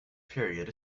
period